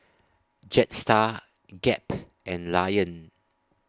Jetstar Gap and Lion